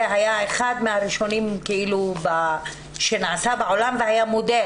זה היה אחד מהראשונים שנעשה בעולם והיה מודל.